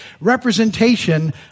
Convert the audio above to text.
representation